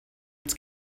its